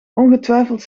ongetwijfeld